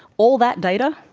all that data,